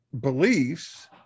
beliefs